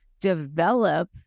develop